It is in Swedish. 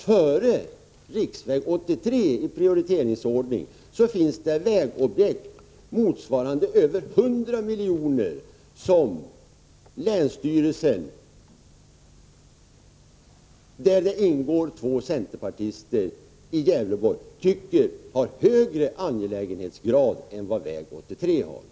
Före riksväg 83 i prioriteringsordningen finns det vägobjekt motsvarande över 100 miljoner som länsstyrelsen i Gävleborgs län, där det ingår två centerpartister, tycker har högre angelägenhetsgrad än vad väg 83 har.